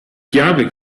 chiave